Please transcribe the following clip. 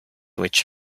which